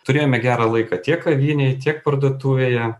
turėjome gerą laiką tiek kavinėj tiek parduotuvėje